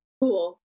cool